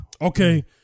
Okay